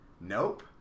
Nope